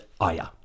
Aya